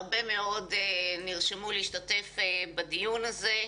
הרבה מאוד נרשמו להשתתף בדיון הזה.